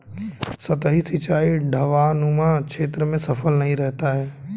सतही सिंचाई ढवाऊनुमा क्षेत्र में सफल नहीं रहता है